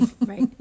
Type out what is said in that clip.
Right